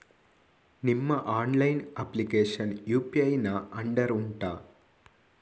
ನಿಮ್ಮ online application UPI ನ ಅಂಡರ್ ಉಂಟಾ